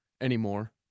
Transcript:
anymore